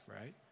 Right